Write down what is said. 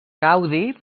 gaudi